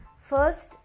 First